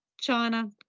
China